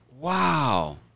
Wow